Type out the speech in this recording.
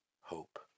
hope